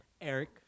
eric